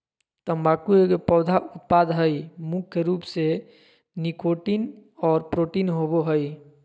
तम्बाकू एगो पौधा उत्पाद हइ मुख्य रूप से निकोटीन और प्रोटीन होबो हइ